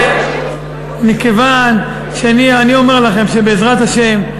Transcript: אני אומר לכם שבעזרת השם,